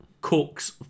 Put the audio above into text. cooks